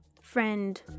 friend